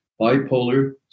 bipolar